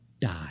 die